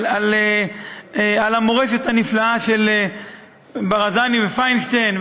המורשת הנפלאה של ברזני ופיינשטיין,